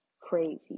crazy